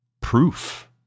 proof